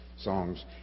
songs